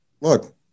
look